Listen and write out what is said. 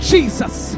Jesus